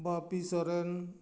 Bapi Soren